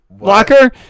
locker